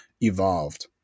evolved